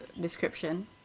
description